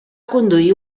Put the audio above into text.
conduir